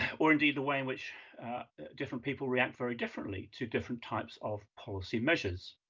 or indeed, the way in which different people react very differently to different types of policy measures.